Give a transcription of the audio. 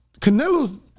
Canelo's